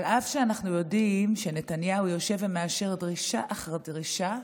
אף שאנחנו יודעים שנתניהו יושב ומאשר דרישה אחר דרישה,